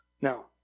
Now